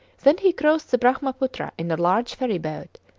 then he crossed the brahma putra in a large ferry-boat,